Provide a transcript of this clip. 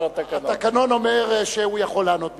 התקנון אומר שהוא יכול לענות במקומו,